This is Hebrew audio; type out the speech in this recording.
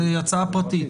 זו הצעה פרטית.